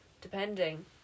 depending